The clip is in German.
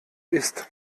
isst